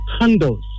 handles